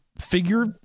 figure